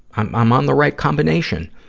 i'm um on the right combination.